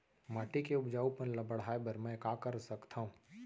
माटी के उपजाऊपन ल बढ़ाय बर मैं का कर सकथव?